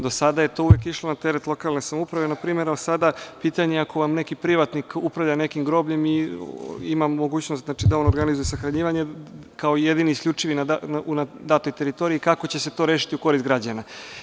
Do sada je to uvek išlo na teret lokalne samouprave, a sada je pitanje, ako vam neki privatnik upravlja nekim grobljem i ima mogućnost da on organizuje sahranjivanje kao jedini i isključivi na datoj teritoriji, kako će se to rešiti u korist građana?